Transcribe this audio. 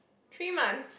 three months